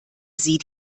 sie